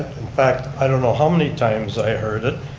in fact i don't know how many times i heard it,